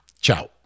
Ciao